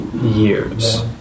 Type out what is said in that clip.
years